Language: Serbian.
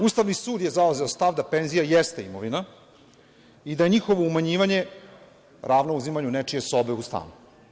Ustavni sud je zauzeo st av da penzija jeste imovina i da je njihovo umanjivanje ravno uzimanju nečije sobe u stanu.